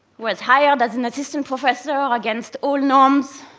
was hired as an assistant professor against all norms.